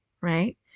right